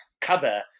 cover